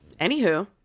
Anywho